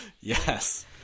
Yes